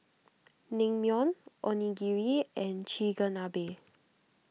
Naengmyeon Onigiri and Chigenabe